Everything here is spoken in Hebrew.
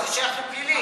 מה זה שייך לפלילי?